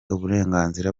uburenganzira